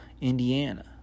Indiana